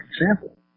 example